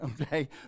okay